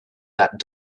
that